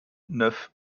neuf